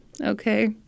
okay